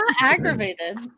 aggravated